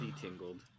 tingled